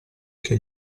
che